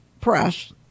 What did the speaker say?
press